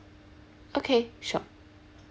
okay sure